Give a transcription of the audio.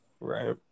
Right